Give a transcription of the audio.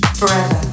Forever